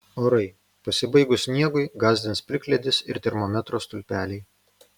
orai pasibaigus sniegui gąsdins plikledis ir termometro stulpeliai